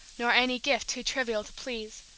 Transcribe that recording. nor any gift too trivial to please,